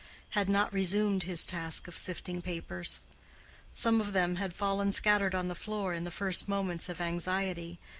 had not resumed his task of sifting papers some of them had fallen scattered on the floor in the first moments of anxiety,